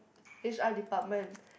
H_R department